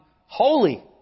holy